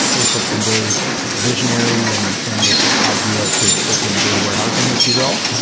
facebook has been very visionary and in this idea of sort of open data warehousing, if you will.